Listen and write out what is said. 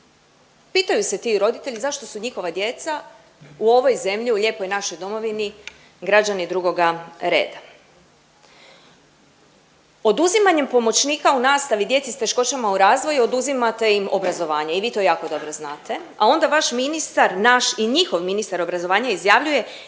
Pitaju se ti roditelji zašto su njihova djeca u ovoj zemlji, u lijepoj našoj domovini građani drugoga reda. Oduzimanjem pomoćnik u nastavi djeci s teškoćama u razvoju oduzimate im obrazovanje i vi to jako dobro znate, a onda vaš ministar, naš i njihov ministar obrazovanja izjavljuje